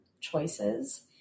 choices